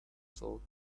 thought